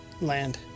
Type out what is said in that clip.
land